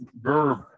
verb